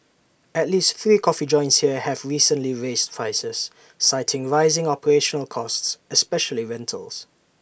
at least three coffee joints here have recently raised prices citing rising operational costs especially rentals